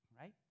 right